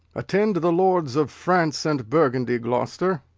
attend the lords of france and burgundy, gloucester.